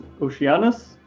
Oceanus